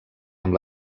amb